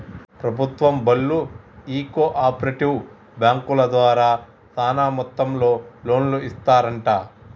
ప్రభుత్వం బళ్ళు ఈ కో ఆపరేటివ్ బాంకుల ద్వారా సాన మొత్తంలో లోన్లు ఇస్తరంట